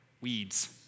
Weeds